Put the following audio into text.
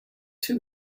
too